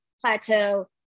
plateau